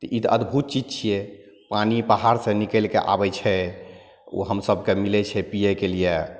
ई तऽ अद्भुत चीज छियै पानि पहाड़ सए निकैलकए आबै छै हमसबके मिलै छै पीयै के लिए